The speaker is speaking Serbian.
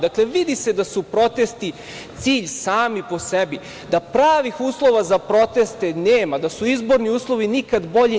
Dakle, vidi se da su protesti cilj sami po sebi, da pravih uslova za proteste nema, da su izborni uslovi nikada bolji.